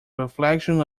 reflections